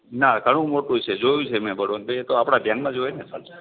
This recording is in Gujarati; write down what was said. નાં ઘણું મોટું છે જોયું છે મેં બળવંતભાઈ એ તો આપણા ધ્યાનમાં જ હોય ને